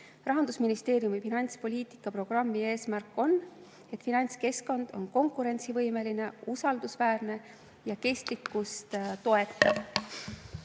Rahandusministeeriumi finantspoliitika programmi eesmärk on, et finantskeskkond on konkurentsivõimeline, usaldusväärne ja kestlikkust toetav.